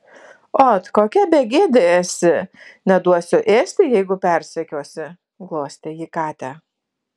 ot kokia begėdė esi neduosiu ėsti jeigu persekiosi glostė ji katę